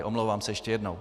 Omlouvám se ještě jednou.